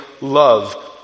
love